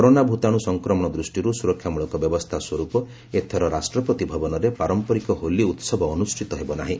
corona ଭୂତାଣୁ ସଂକ୍ରମଣ ଦୃଷ୍ଟିରୁ ସୁରକ୍ଷା ମୂଳକ ବ୍ୟବସ୍ଥା ସ୍ୱରୂପ ଏଥର ରାଷ୍ଟ୍ରପତି ଭବନରେ ପାରମ୍ପରିକ ହୋଲି ଉତ୍ସବ ଅନୁଷ୍ଠିତ ହେବ ନାହିଁ